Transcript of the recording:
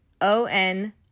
o-n